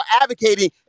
advocating